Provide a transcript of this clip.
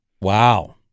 Wow